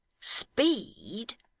speed!